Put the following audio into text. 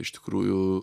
iš tikrųjų